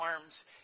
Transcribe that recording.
arms